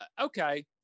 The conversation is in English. okay